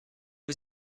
was